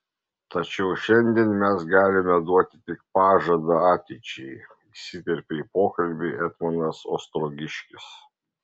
tačiau šiandien mes galime duoti tik pažadą ateičiai įsiterpė į pokalbį etmonas ostrogiškis